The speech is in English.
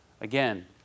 Again